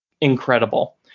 incredible